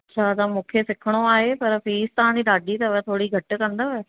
अच्छा त मूंखे सिखणो आहे पर फीस तव्हांजी ॾाढी अथव थोरी घटि कंदव